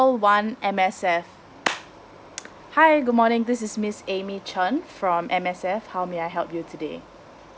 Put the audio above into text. call one M_S_F hi good morning this is miss amy chan from M_S_F how may I help you today